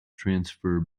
transfer